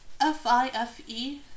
F-I-F-E